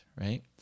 right